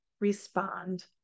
respond